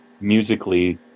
musically